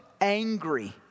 angry